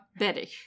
Bedich